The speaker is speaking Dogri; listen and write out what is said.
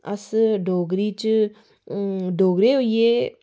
अस डोगरी च डोगरे होइयै